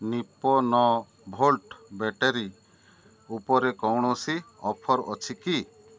Nippo ନଅ volt battery ଉପରେ କୌଣସି ଅଫର୍ ଅଛି କି